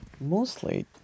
mostly